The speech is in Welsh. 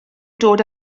dod